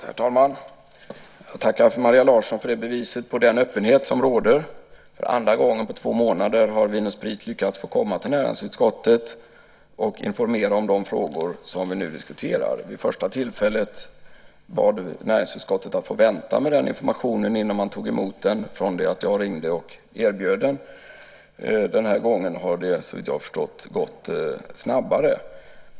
Herr talman! Jag tackar Maria Larsson för beviset på den öppenhet som råder. För andra gången på två månader har Vin & Sprit lyckats att få komma till näringsutskottet och informera om de frågor som vi nu diskuterar. Vid första tillfället bad näringsutskottet att få vänta med informationen innan man tog emot den när jag ringde och erbjöd den. Den här gången har det - såvitt jag har förstått - gått snabbare.